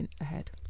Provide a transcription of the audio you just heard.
ahead